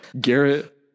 Garrett